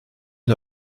der